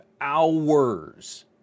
hours